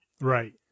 Right